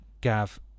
Gav